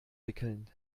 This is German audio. wickeln